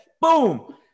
Boom